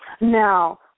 Now